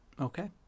Okay